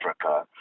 Africa